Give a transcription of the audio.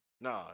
nah